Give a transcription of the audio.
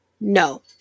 No